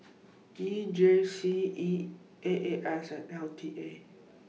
E J C E A A S and L T A